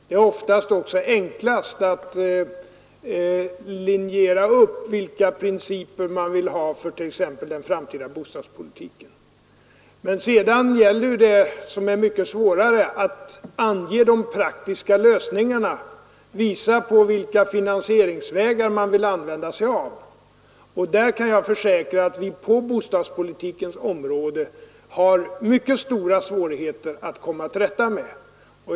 Det är oftast enklast att linjera upp vilka principer man vill skall gälla, och det är även förhållandet t.ex. med den framtida bostadspolitiken. Sedan är det ju mycket svårare att ange de praktiska lösningarna och att visa på vilka finansieringsvägar man skall använda. Jag kan försäkra att vi på bostadspolitikens område har mycket stora svårigheter att komma till rätta med.